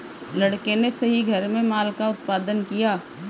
लड़के ने सही घर में माल का उत्पादन किया